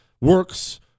works